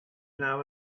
now